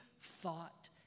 thought